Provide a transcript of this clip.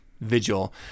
Vigil